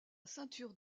ceinture